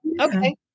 okay